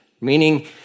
meaning